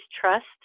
trust